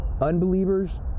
unbelievers